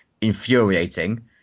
infuriating